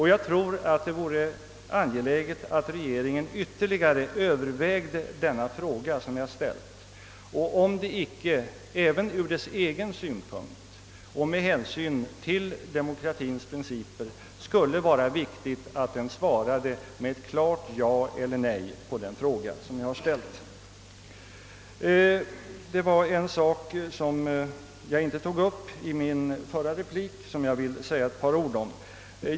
Jag tror att det är ångeläget att regeringen ytterligare överväger den fråga jag ställt liksom också om det, även från dess egen synpunkt och med hänsyn till demokratiens prineiper, inte skulle vara viktigt att den svarade med ett klart ja eller nej. Jag vill också säga några ord om en sak som jag inte tog upp i mitt förra anförande.